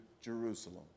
Jerusalem